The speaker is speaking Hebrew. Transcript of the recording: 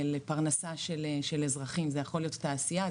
לפרנסה של אזרחים זה יכול להיות תעשייה,